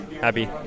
Happy